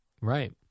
Right